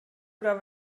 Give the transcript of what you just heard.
oder